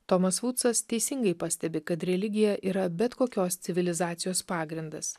tomas vūcas teisingai pastebi kad religija yra bet kokios civilizacijos pagrindas